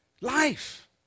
Life